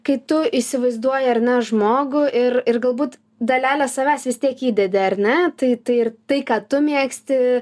kai tu įsivaizduoji ar ne žmogų ir ir galbūt dalelę savęs vis tiek įdedi ar ne tai ir tai ką tu mėgsti